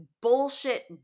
bullshit